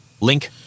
Link